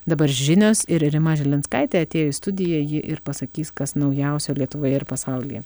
dabar žinios ir rima žilinskaitė atėjo į studiją ji ir pasakys kas naujausio lietuvoje ir pasaulyje